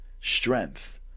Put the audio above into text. strength